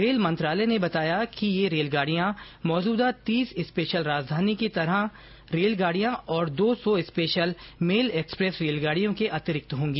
rail मंत्रालय ने बताया है कि ये रेलगाड़ियां मौजूदा तीस स्पेशल राजधानी की तरह की रेलगाड़ियों और दो सौ स्पेशल मेल एक्सप्रेस रेलगाड़ियों के अतिरिक्त होंगी